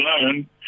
alone